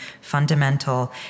fundamental